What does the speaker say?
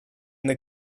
the